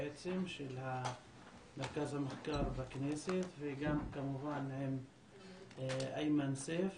של מרכז המחקר של הכנסת וכמובן עם איימן סיף,